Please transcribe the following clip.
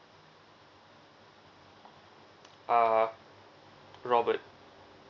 uh robert